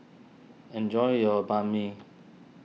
enjoy your Banh Mi